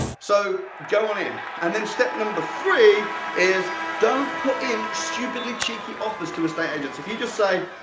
so go on in. and then step number three is don't put in stupidly cheeky offers to estate agents. if you just say,